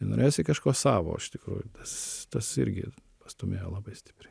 norėjosi kažko savo iš tikrųjų tas tas irgi pastūmėjo labai stipriai